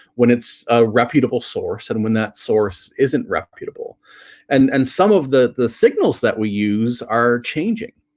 when it's a reputable source and when that source isn't reputable and and some of the the signals that we use are changing,